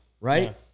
Right